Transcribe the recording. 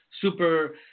Super